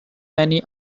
many